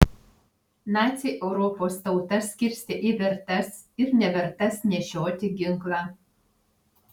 naciai europos tautas skirstė į vertas ir nevertas nešioti ginklą